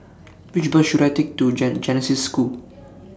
Which Bus should I Take to Gen Genesis School